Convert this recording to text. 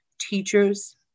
teachers